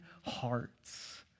hearts